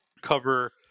cover